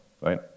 right